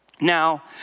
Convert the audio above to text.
Now